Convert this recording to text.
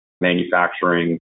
manufacturing